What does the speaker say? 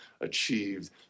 achieved